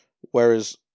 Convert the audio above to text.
Whereas